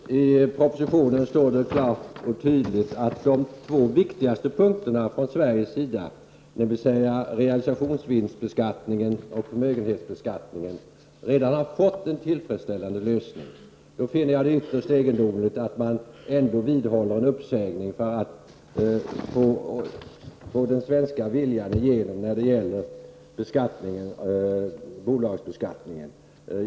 Herr talman! I propositionen står det klart och tydligt att de två viktigaste punkterna för Sveriges del, dvs. realisationsvinstbeskattningen och förmögenhetsbeskattningen, redan har fått en tillfredsställande lösning. Då finner jag det ytterst egendomligt att man ändå vidhåller en uppsägning av avtalet för att få den svenska viljan igenom när det gäller bolagsbeskattningen.